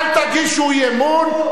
אל תגישו אי-אמון,